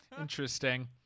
Interesting